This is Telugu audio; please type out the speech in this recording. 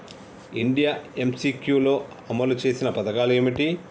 ఇండియా ఎమ్.సి.క్యూ లో అమలు చేసిన పథకాలు ఏమిటి?